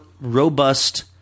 robust